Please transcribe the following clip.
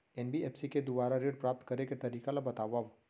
NBFC के दुवारा ऋण प्राप्त करे के तरीका ल बतावव?